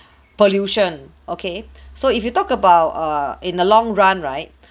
pollution okay so if you talk about err in a long run right